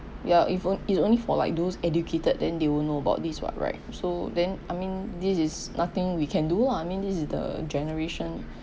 ya eve~ is only for like those educated than they will know about this what right so then I mean this is nothing we can do lah I mean this is the generation